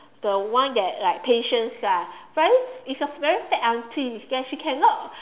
the one that like patient lah very it's a very fat auntie and she cannot